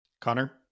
Connor